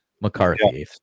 McCarthy